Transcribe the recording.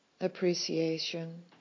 Appreciation